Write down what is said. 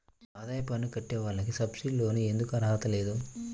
ఆదాయ పన్ను కట్టే వాళ్లకు సబ్సిడీ లోన్ ఎందుకు అర్హత లేదు?